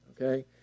okay